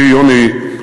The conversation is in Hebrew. אחי יוני,